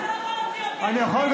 אתה לא יכול להוציא אותי --- אני יכול.